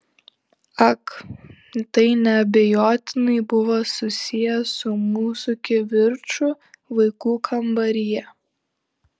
ak tai neabejotinai buvo susiję su mūsų kivirču vaikų kambaryje